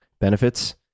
benefits